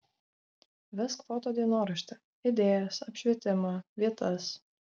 vesk foto dienoraštį idėjas apšvietimą vietas